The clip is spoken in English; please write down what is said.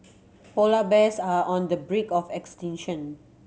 polar bears are on the brink of extinction